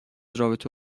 رابطه